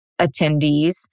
attendees